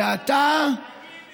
ואתה